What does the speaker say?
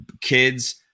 kids